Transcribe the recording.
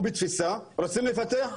או בתפיסה רוצים לפתח,